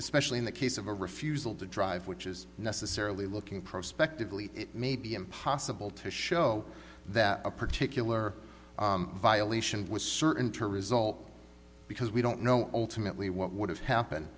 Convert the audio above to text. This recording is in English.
especially in the case of a refusal to drive which is necessarily looking prospectively it may be impossible to show that a particular violation was certain to result because we don't know ultimately what would ha